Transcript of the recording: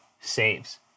saves